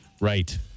right